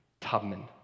Tubman